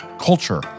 culture